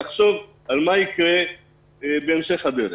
לחשוב על מה יקרה בהמשך הדרך.